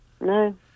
No